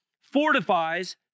fortifies